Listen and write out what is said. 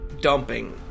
dumping